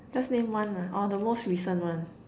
just name one lah or the most recent one